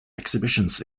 exhibitions